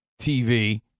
TV